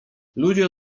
ludzie